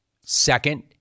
second